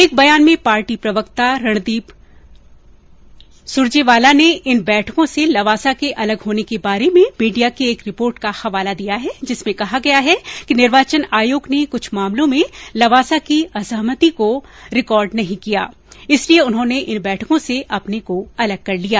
एक बयान में पार्टी प्रवक्ता रणदीप सुरेजवाला ने इन बैठकों से लवासा के अलग होने के बारे में मीडिया की एक रिपोर्ट का हवाला दिया है जिसमें कहा गया है कि निर्वाचन आयोग ने कुछ मामलों में लवासा की असहमति को रिकॉर्ड नही किया इसलिए उन्होंने इन बैठकों से अपने को अलग कर लिया